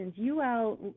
ul